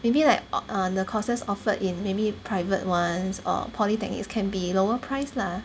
maybe like err the courses offered in maybe private ones or polytechnics can be a lower price lah